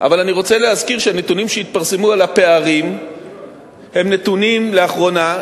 אבל אני רוצה להזכיר שהנתונים שהתפרסמו על הפערים הם נתונים לאחרונה,